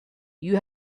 you